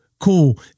cool